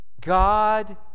God